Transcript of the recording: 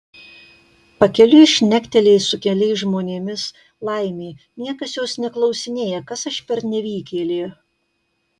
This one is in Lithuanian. pakeliui šnekteli su keliais žmonėmis laimė niekas jos neklausinėja kas aš per nevykėlė